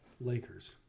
Lakers